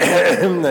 אההמ-אההמ,